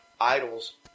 idols